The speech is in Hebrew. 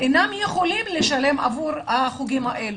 אינם יכולים לשלם עבור החוגים האלו.